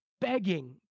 begging